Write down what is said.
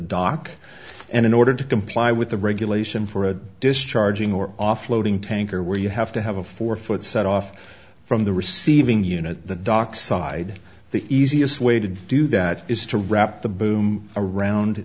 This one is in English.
dock and in order to comply with the regulation for a discharging or off loading tanker where you have to have a four foot set off from the receiving unit dockside the easiest way to do that is to wrap the boom around